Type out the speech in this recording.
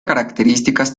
características